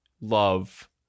love